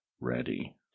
ready